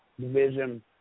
division